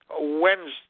Wednesday